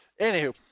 Anywho